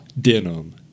denim